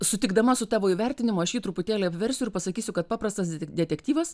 sutikdama su tavo įvertinimu aš jį truputėlį apversiu ir pasakysiu kad paprastas de detektyvas